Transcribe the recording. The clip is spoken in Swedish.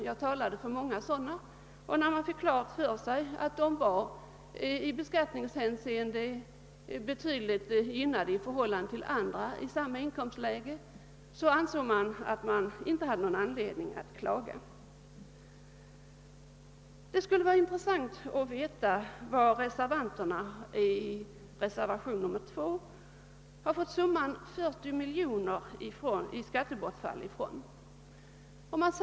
Jag talade för många sådana, och när de fick klart för sig att de i beskattningshänseende var betydligt gynnade i förhållande till andra i samma inkomst läge ansåg de sig inte ha någon anledning att klaga. Det skulle vara intressant att veta varifrån reservanterna har fått summan 40 miljoner kronor i skattebortfall, som nämns i reservationen 2.